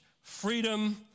freedom